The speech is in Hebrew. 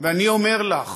ואני אומר לך: